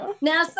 Now